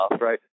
right